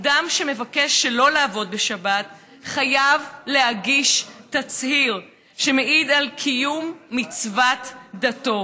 אדם שמבקש שלא לעבוד בשבת חייב להגיש תצהיר שמעיד על קיום מצוות דתו,